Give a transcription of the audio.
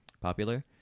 popular